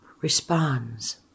responds